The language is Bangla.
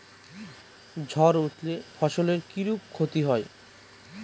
ঝড় উঠলে ফসলের কিরূপ ক্ষতি হয়?